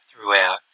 throughout